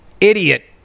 idiot